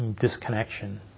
disconnection